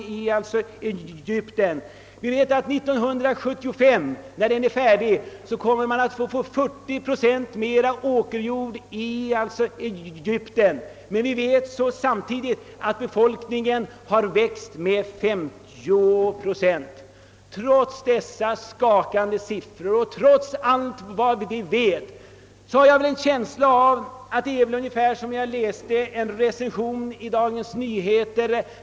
Vi vet att Egypten år 1975 när dammen är färdig kommer att få 40 procent mera åkerjord, men vi vet samtidigt att befolkningen då växt med 50 procent. Trots dessa skakande siffror och trots allt vi vet har jag en känsla av att det är likadant här som det häromdagen stod i en artikel i Dagens Nyheter.